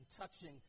touching